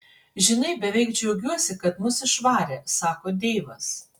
žinai beveik džiaugiuosi kad mus išvarė sako deivas